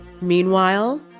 Meanwhile